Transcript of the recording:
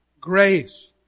grace